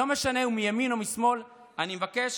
לא משנה אם מימין או משמאל, אני מבקש